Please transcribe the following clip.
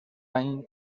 any